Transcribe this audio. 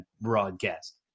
broadcast